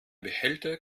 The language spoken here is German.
behälter